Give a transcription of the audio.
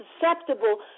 susceptible